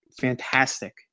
fantastic